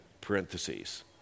parentheses